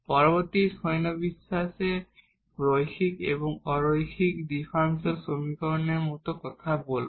পরবর্তী শ্রেণিবিন্যাসগুলি লিনিয়ার এবং নন লিনিয়ার ডিফারেনশিয়াল সমীকরণের মতো কথা বলবে